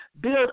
build